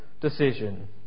decision